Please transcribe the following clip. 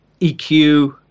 EQ